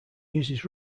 uses